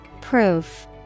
Proof